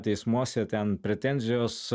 teismuose ten pretenzijos